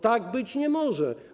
Tak być nie może.